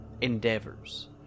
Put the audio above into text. Endeavors